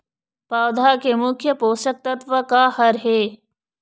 पौधा के मुख्य पोषकतत्व का हर हे?